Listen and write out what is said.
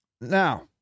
Now